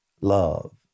Love